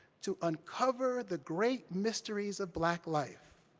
to uncover the great mysteries of black life.